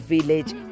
Village